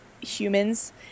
humans